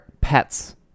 pets